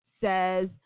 says